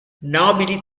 nobili